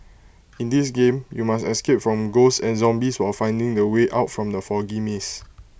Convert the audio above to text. in this game you must escape from ghosts and zombies while finding the way out from the foggy maze